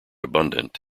abundant